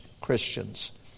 Christians